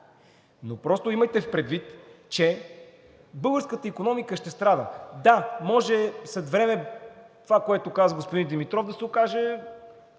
но просто имайте предвид, че българската икономика ще страда. Да, може след време това, което каза господин Димитров, да се окаже